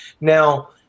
Now